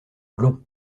long